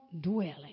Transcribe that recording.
dwelling